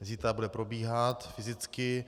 Zítra bude probíhat fyzicky.